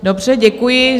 Dobře, děkuji.